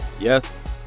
yes